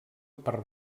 per